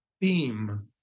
theme